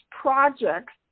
projects